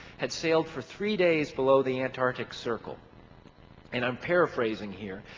had sailed for three days below the antarctic circle and i'm paraphrasing here,